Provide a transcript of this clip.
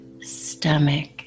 stomach